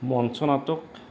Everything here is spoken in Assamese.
মঞ্চ নাটক